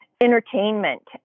entertainment